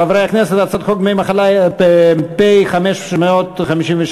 חברי הכנסת, 22 בעד, אין מתנגדים, אין נמנעים.